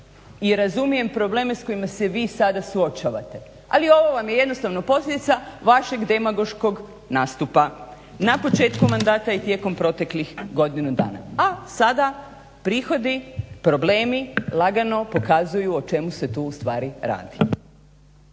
i razumijem probleme s kojima se vi sada suočavate, ali ovo vam je jednostavno posljedica vašeg demagoškog nastupa na početku mandata i tijekom proteklih godinu dana. A sada prihodi, problemi lagano pokazuju o čemu se tu ustvari radi.